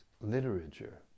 literature